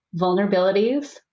vulnerabilities